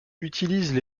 utilisent